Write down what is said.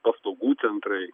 paslaugų centrui